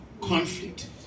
conflict